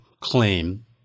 claim